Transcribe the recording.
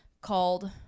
called